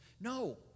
No